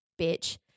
bitch